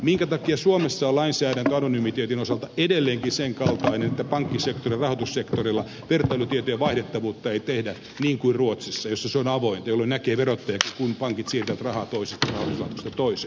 minkä takia suomessa on lainsäädäntö ano nymiteetin osalta edelleenkin sen kaltainen että pankkisektorilla rahoitussektorilla vertailutietojen vaihdettavuutta ei tehdä niin kuin ruotsissa jossa se on avointa jolloin näkee verottajakin kun pankit siirtävät rahaa toisesta rahoituslaitoksesta toiseen